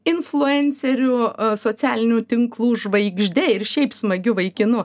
influenceriu socialinių tinklų žvaigžde ir šiaip smagiu vaikinu